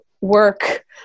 work